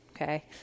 okay